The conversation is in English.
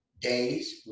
days